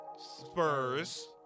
Spurs